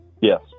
yes